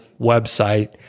website